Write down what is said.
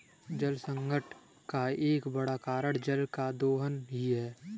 जलसंकट का एक बड़ा कारण जल का दोहन ही है